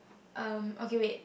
um okay wait